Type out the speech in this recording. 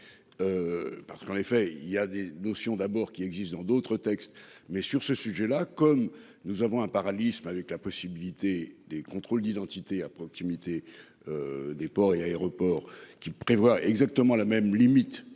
Parce qu'en effet il y a des notions d'abord qui existe dans d'autres textes. Mais sur ce sujet là comme nous avons un parallélisme avec la possibilité des contrôles d'identité à proximité. Des ports et aéroports qui prévoit exactement la même limite